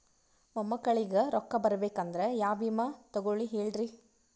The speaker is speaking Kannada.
ಮೊಮ್ಮಕ್ಕಳಿಗ ರೊಕ್ಕ ಬರಬೇಕಂದ್ರ ಯಾ ವಿಮಾ ತೊಗೊಳಿ ಹೇಳ್ರಿ?